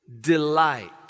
Delight